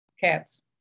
cats